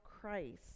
Christ